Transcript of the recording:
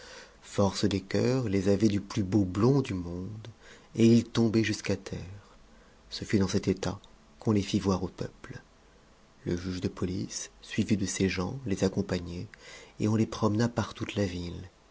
force des cœurs les avait du plus beau blond du monde et ils tombaient jusqu'à terre ce fut dans cet état qu'on les fit voir au peuple le juge de police suivi de ses gens les accompagnait et on les promena par toute la ville